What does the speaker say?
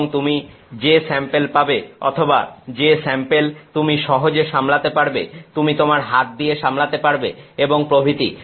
এবং তুমি যে স্যাম্পেল পাবে অথবা যে স্যাম্পেল তুমি সহজে সামলাতে পারবে তুমি তোমার হাত দিয়ে সামলাতে পারবে এবং প্রভৃতি